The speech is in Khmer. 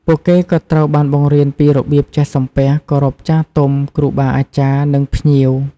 ពួកគេក៏ត្រូវបានបង្រៀនពីរបៀបចេះ សំពះ គោរពចាស់ទុំ គ្រូបាអាចារ្យ និងភ្ញៀវ។